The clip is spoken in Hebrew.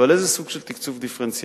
אבל איזה סוג של תקצוב דיפרנציאלי?